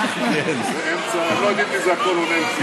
הם לא יודעים מי זה הקולונל קיש.